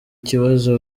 kibazo